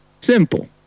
simple